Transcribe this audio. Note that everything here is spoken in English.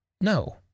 No